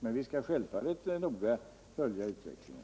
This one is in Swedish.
Men vi skall självfallet noga följa utvecklingen.